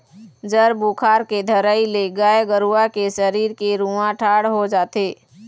जर बुखार के धरई ले गाय गरुवा के सरीर के रूआँ ठाड़ हो जाथे